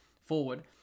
forward